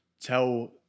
tell